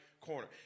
corner